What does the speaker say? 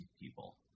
people